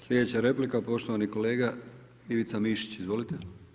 Slijedeća replika, poštovani kolega Ivica Mišić, izvolite.